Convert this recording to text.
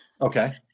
Okay